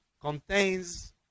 contains